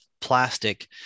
plastic